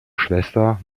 schwester